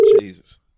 Jesus